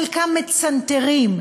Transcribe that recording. חלקם מצנתרים.